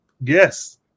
Yes